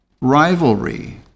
rivalry